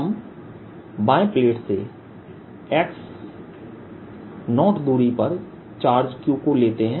हम बाएं प्लेट से x0दूरी पर चार्ज Q को लेते हैं